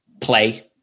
play